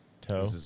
toe